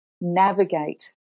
navigate